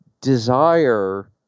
desire